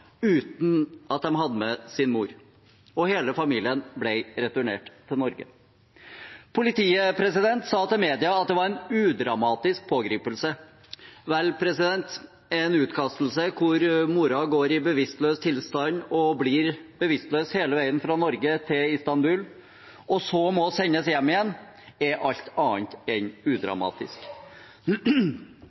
uten at de hadde med sin mor, og hele familien ble returnert til Norge. Politiet sa til media at det var en udramatisk pågripelse. Vel, en utkastelse hvor moren går i bevisstløs tilstand, forblir bevisstløs hele veien fra Norge til Istanbul og så må sendes hjem igjen, er alt annet enn